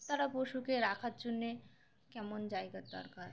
তারা পশুকে রাখার জন্যে কেমন জায়গার দরকার